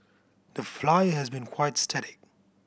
the Flyer has been quite static